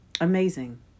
amazing